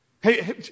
Hey